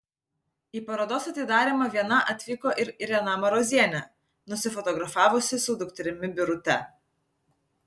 į parodos atidarymą viena atvyko ir irena marozienė nusifotografavusi su dukterimi birute